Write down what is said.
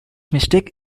mistake